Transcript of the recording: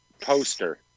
poster